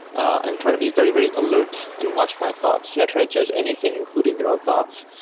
i'm trying to be very, very alert and watch my thoughts. you're not trying to judge anything, including your own thoughts.